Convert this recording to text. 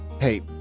Hey